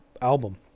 album